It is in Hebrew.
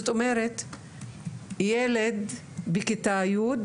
ילד בכיתה י'